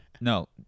No